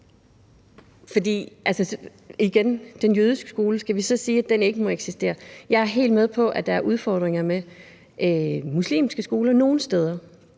at den jødiske skole ikke må eksistere? Jeg er helt med på, at der er udfordringer med muslimske skoler nogle steder,